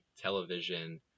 television